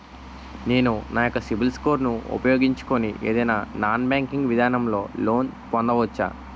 నేను నా యెక్క సిబిల్ స్కోర్ ను ఉపయోగించుకుని ఏదైనా నాన్ బ్యాంకింగ్ విధానం లొ లోన్ పొందవచ్చా?